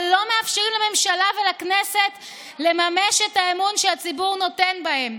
ולא מאפשרים לממשלה ולכנסת לממש את האמון שהציבור נותן בהן."